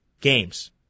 games